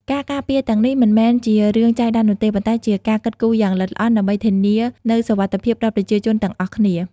ការការពារទាំងនេះមិនមែនជារឿងចៃដន្យនោះទេ ប៉ុន្តែជាការគិតគូរយ៉ាងល្អិតល្អន់ដើម្បីធានានូវសុវត្ថិភាពដល់ប្រជាជនទាំងអស់គ្នា។